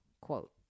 quote